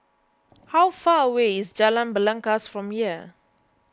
how far away is Jalan Belangkas from here